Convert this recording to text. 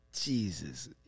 Jesus